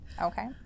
Okay